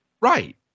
Right